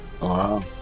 Wow